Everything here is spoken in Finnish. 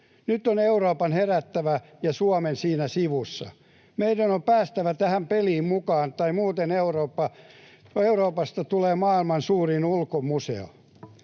Nyt on Euroopan herättävä ja Suomen siinä sivussa. Meidän on päästävä tähän peliin mukaan, tai muuten Euroopasta tulee maailman suurin ulkomuseo.